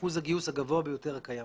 באחוז הגיוס הגבוהה ביותר הקיים.